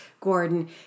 Gordon